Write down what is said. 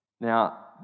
Now